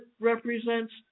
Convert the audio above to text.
represents